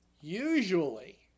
usually